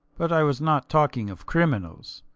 but i was not talking of criminals.